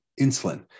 insulin